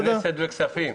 כנסת וכספים.